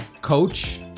coach